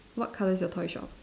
what colour is your toy shop